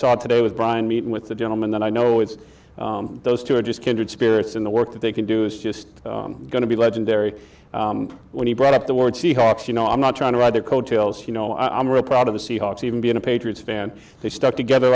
saw today was brian meet with the gentleman that i know it's those two are just kindred spirits in the work that they can do is just going to be legendary when he brought up the word seahawks you know i'm not trying to ride the coattails you know i'm real proud of the seahawks even being a patriots fan they stuck together